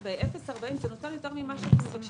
באזור של 0 40 קילומטר הן נותנות יותר ממה שמבקשים.